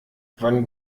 wann